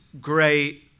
great